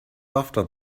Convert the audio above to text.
after